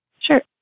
Sure